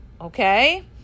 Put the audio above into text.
okay